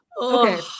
Okay